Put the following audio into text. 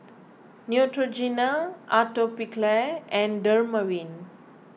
Neutrogena Atopiclair and Dermaveen